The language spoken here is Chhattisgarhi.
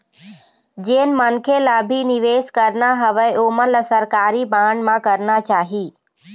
जेन मनखे ल भी निवेस करना हवय ओमन ल सरकारी बांड म करना चाही